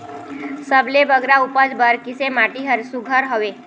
सबले बगरा उपज बर किसे माटी हर सुघ्घर हवे?